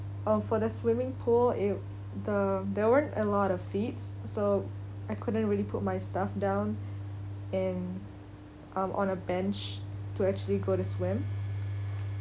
um for the swimming pool it the there weren't a lot of seats so I couldn't really put my stuff down and um on a bench to actually go to swim